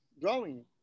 Drawing